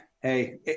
hey